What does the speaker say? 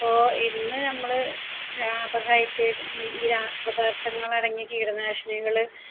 അപ്പോള് ഇന്നു നമ്മള് വ്യാപകായിട്ട് ഈ രാസപദാർത്ഥങ്ങളടങ്ങിയ കീടനാശിനികള്